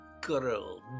girl